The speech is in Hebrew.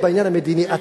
בעניין המדיני,